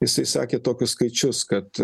jisai sakė tokius skaičius kad